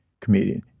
comedian